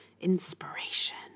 inspiration